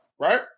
Right